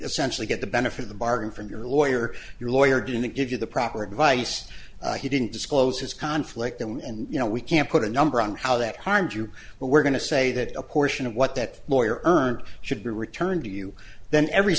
essentially get the benefit of the bargain from your lawyer your lawyer didn't give you the proper advice he didn't disclose his conflict and you know we can't put a number on how that harmed you but we're going to say that a portion of what that lawyer earned should be returned to you then every